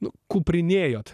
nu kuprinėjot